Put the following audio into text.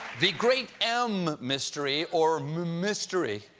the great m mystery or mmmmystery